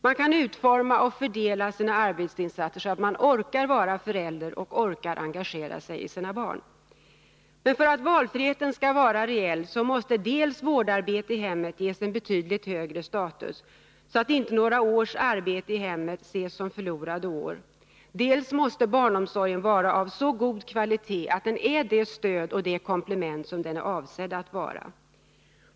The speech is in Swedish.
Man kan utforma och fördela sina arbetsinsatser så att man orkar vara förälder och orkar engagera sig i sina barn. Men för att valfriheten skall vara reell måste dels vårdarbete i hemmet ges en betydligt högre status, så att inte några års arbete i hemmet ses som förlorade år, dels måste barnomsorgen vara av så god kvalitet att den är det stöd och det komplement som den är avsedd att vara.